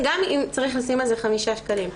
גם אם צריך לשים על זה חמישה שקלים.